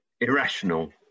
irrational